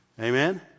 Amen